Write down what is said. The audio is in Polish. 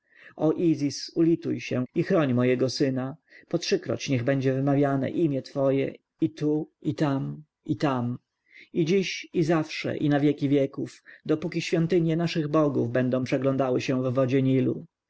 izis ulituj się i chroń mojego syna po trzykroć niech będzie wymawiane imię twoje i tu i tam i tam i dziś i zawsze i na wieki wieków dopóki świątynie naszych bogów będą przeglądały się w wodzie